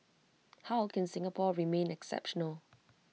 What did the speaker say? how can Singapore remain exceptional